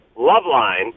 Loveline